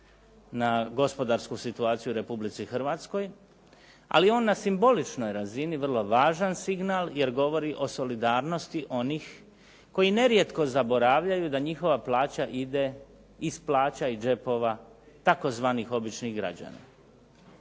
na gospodarsku situaciju u Republici Hrvatskoj. Ali je on na simboličnoj razini vrlo važan signal, jer govori o solidarnosti onih koji nerijetko zaboravljaju da njihova plaća ide iz plaća i džepova tzv. običnih građana.